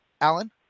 Alan